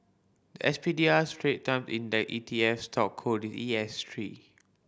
the S P D R Strait Time Index E T F stock code is E S three